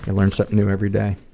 and learn something new every day.